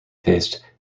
faced